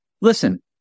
listen